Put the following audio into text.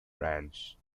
branch